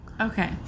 Okay